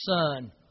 son